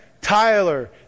Tyler